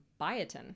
biotin